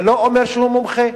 זה לא אומר שהוא מומחה.